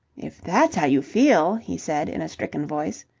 if that's how you feel, he said in a stricken voice,